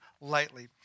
lightly